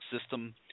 system